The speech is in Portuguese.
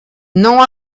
não